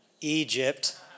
Egypt